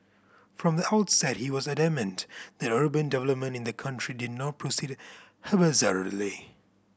from the outset he was adamant that urban development in the country did not proceed haphazardly